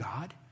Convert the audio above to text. God